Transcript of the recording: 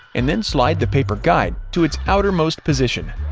and then slide the paper guide to its outermost position.